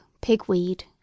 pigweed